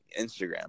Instagram